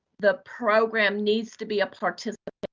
the program needs to be a participant.